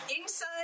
inside